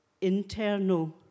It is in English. internal